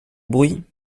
bruit